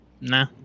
Nah